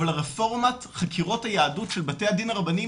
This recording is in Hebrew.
אבל רפורמת החקירות היהדות של בתי הדין הרבניים,